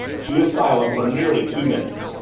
she was silent for nearly two minutes,